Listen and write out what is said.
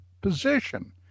position